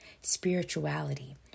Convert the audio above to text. spirituality